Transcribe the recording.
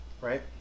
right